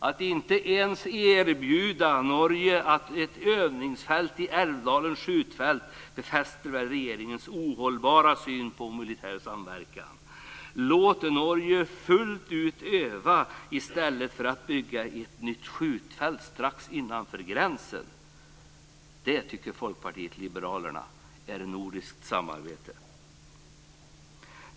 Att vårt land inte ens kan erbjuda Norge ett övningsfält på Älvdalens skjutfält befäster intrycket av regeringens ohållbara syn på militär samverkan. Låt Norge fullt ut öva där i stället för att Norge ska behöva bygga ett nytt skjutfält strax innanför gränsen. Det skulle vara nordiskt samarbete, tycker Folkpartiet liberalerna.